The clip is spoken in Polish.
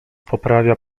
poprawia